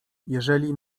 jeżeli